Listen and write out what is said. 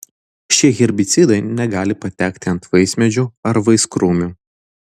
šie herbicidai negali patekti ant vaismedžių ar vaiskrūmių